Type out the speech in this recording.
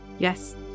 yes